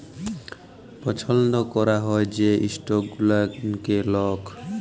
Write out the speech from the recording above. পছল্দ ক্যরা হ্যয় যে ইস্টক গুলানকে লক